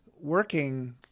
working